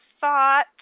thought